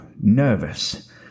Nervous